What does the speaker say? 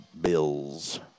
Bills